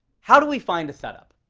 how do we find a setup?